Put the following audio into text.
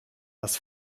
das